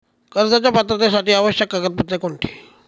कर्जाच्या पात्रतेसाठी आवश्यक कागदपत्रे कोणती?